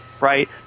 right